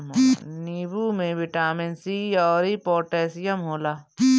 नींबू में vitamin C अउरी पोटैशियम होला